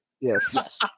Yes